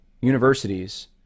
universities